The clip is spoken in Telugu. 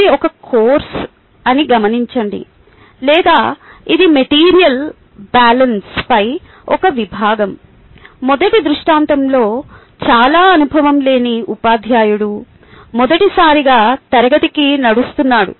ఇది ఒక కోర్సు అని గమనించండి లేదా ఇది మెటీరియల్ బ్యాలెన్స్పై ఒక విభాగం మొదటి దృష్టాంతంలో చాలా అనుభవం లేని ఉపాధ్యాయుడు మొదటిసారిగా తరగతికి నడుస్తున్నాడు